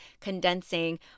condensing